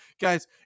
Guys